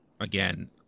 again